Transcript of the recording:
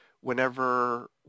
whenever